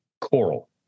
coral